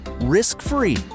Risk-free